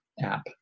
app